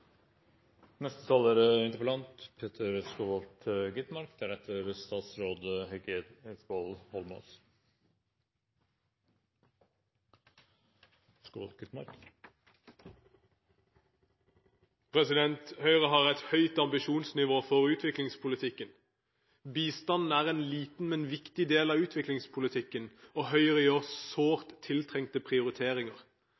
Høyre har et høyt ambisjonsnivå for utviklingspolitikken. Bistanden er en liten, men viktig del av utviklingspolitikken, og Høyre gjør